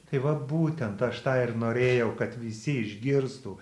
tai va būtent aš tą ir norėjau kad visi išgirstų